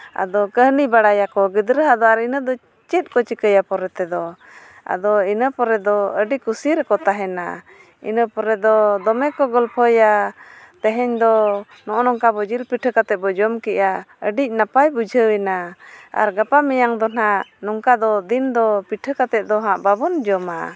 ᱟᱫᱚ ᱠᱟᱹᱦᱱᱤ ᱵᱟᱲᱟᱭᱟᱠᱚ ᱟᱫᱚ ᱜᱤᱫᱽᱨᱟᱹ ᱟᱜ ᱫᱚ ᱤᱱᱟᱹ ᱫᱚ ᱟᱨ ᱪᱮᱫ ᱠᱚ ᱪᱤᱠᱟᱹᱭᱟ ᱯᱚᱨᱮ ᱛᱮᱫᱚ ᱟᱫᱚ ᱤᱱᱟᱹ ᱯᱚᱨᱮ ᱫᱚ ᱟᱹᱰᱤ ᱠᱩᱥᱤ ᱨᱮᱠᱚ ᱛᱟᱦᱮᱱᱟ ᱤᱱᱟᱹ ᱯᱚᱨᱮ ᱫᱚ ᱫᱚᱢᱮ ᱠᱚ ᱜᱚᱞᱯᱷᱚᱭᱟ ᱛᱮᱦᱮᱧ ᱫᱚ ᱱᱚᱜᱼᱚ ᱱᱚᱝᱠᱟ ᱡᱤᱞ ᱯᱤᱴᱷᱟᱹ ᱠᱟᱛᱮᱫ ᱵᱚᱱ ᱡᱚᱢ ᱠᱮᱜᱼᱟ ᱟᱹᱰᱤ ᱱᱟᱯᱟᱭ ᱵᱩᱡᱷᱟᱹᱣ ᱮᱱᱟ ᱜᱟᱯᱟ ᱢᱮᱭᱟᱝ ᱫᱚ ᱦᱟᱸᱜ ᱱᱚᱝᱠᱟ ᱫᱚ ᱫᱤᱱ ᱫᱚ ᱯᱤᱴᱷᱟᱹ ᱠᱟᱛᱮᱫ ᱫᱚ ᱦᱟᱸᱜ ᱵᱟᱵᱚᱱ ᱡᱚᱢᱟ